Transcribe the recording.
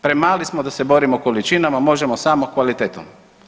Premali smo da se borimo količinama, možemo samo kvalitetom.